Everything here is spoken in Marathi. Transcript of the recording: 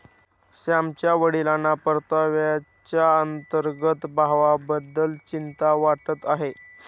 श्यामच्या वडिलांना परताव्याच्या अंतर्गत भावाबद्दल चिंता वाटत आहे